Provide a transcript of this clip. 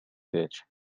ditch